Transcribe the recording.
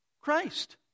Christ